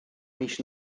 mis